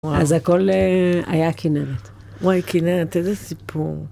אז הכל היה כנרת. אוי, כנרת, איזה סיפור.